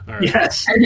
Yes